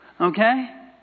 Okay